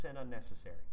unnecessary